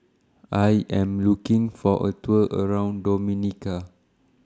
I Am looking For A Tour around Dominica